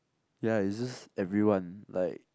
ya it's just everyone like